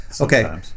Okay